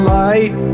light